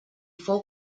fou